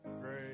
Great